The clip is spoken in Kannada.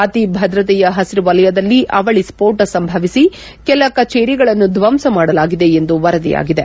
ಅತಿ ಭದ್ರತೆಯ ಹಸಿರು ವಲಯದಲ್ಲಿ ಅವಳಿ ಸ್ಕೋಟ ಸಂಭವಿಸಿ ಕೆಲ ಕಚೇರಿಗಳನ್ನು ಧ್ವಂಸ ಮಾಡಲಾಗಿದೆ ಎಂದು ವರದಿಯಾಗಿದೆ